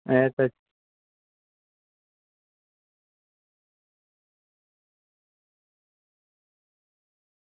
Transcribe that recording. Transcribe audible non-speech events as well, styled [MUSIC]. [UNINTELLIGIBLE]